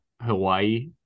Hawaii